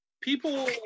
people